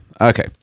okay